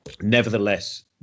nevertheless